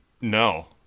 No